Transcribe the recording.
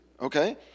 okay